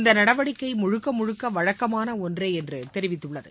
இந்த நடவடிக்கை முழுக்க முழுக்க வழக்கமான ஒன்றே என்று தெரிவித்துள்ளது